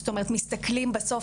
זאת אומרת מסתכלים בסוף,